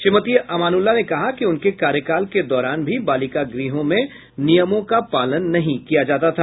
श्रीमती अमानुल्लाह ने कहा कि उनके कार्यकाल के दौरान भी बालिका गृहों में नियमों का पालन नहीं किया जाता था